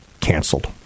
canceled